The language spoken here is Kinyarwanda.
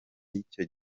icyo